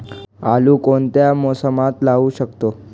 आळू कोणत्या मोसमात लावू शकतो?